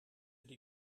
die